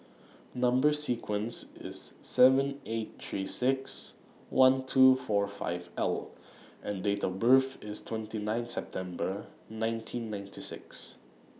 Number sequence IS S eight three six one two four five L and Date of birth IS twenty nine September nineteen ninety six